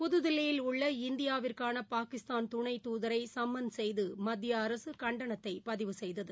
புதுதில்லியில் உள்ள இந்தியாவிற்கானபாகிஸ்தானதுணை தூதரைசம்மன் செய்தமத்திய அரசுகண்டனத்தைபதிவு செய்தது